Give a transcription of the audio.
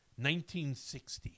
1960